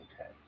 Okay